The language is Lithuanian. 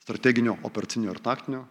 strateginio operacinio ir taktinio